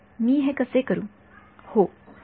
विद्यार्थीः या ग्रीड ला एक ग्रीड